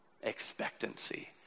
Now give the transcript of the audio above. expectancy